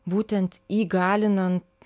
būtent įgalinant